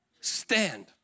Stand